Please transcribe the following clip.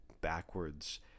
backwards